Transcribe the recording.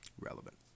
relevant